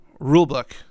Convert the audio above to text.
rulebook